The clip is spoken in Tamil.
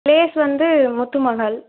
பிளேஸ் வந்து முத்து மஹால்